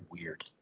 weird